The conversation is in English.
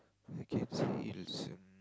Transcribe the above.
I can say it's um